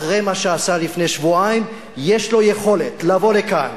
אחרי מה שעשה לפני שבועיים יש לו יכולת לבוא לכאן